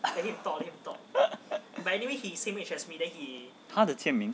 !huh! the jian ming